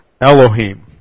Elohim